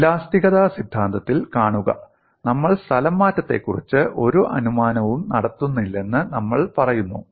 ഇലാസ്തികത സിദ്ധാന്തത്തിൽ കാണുക നമ്മൾ സ്ഥലംമാറ്റത്തെക്കുറിച്ച് ഒരു അനുമാനവും നടത്തുന്നില്ലെന്ന് നമ്മൾ പറയുന്നു